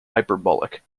hyperbolic